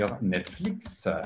Netflix